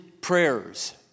prayers